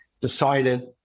decided